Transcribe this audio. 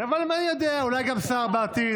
אבל מי יודע, אולי גם שר בעתיד.